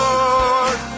Lord